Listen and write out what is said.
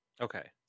Okay